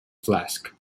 flask